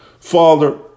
Father